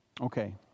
Okay